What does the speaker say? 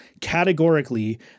categorically